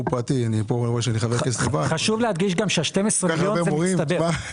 פרטי -- חשוב להדגיש גם שה-12 מיליון זה מצטבר,